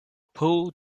pool